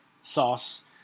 sauce